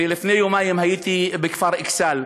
ולפני יומיים הייתי בכפר אכסאל,